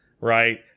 right